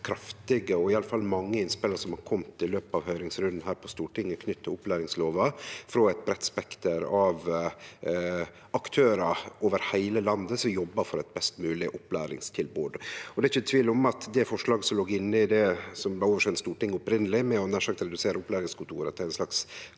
kraftige og iallfall mange innspela som har kome i løpet av høyringsrunden her på Stortinget knytt til opplæringslova frå eit breitt spekter av aktørar over heile landet som jobbar for eit best mogleg opplæringstilbod. Det er ikkje tvil om at det forslaget som låg inne i det som opphavleg var oversendt Stortinget, om nær sagt å redusere opplæringskontora til ei slags